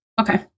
Okay